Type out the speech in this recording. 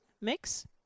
mix